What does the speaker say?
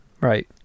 right